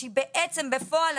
מכוח זה שהיתי מעסיק וחוותי את זה,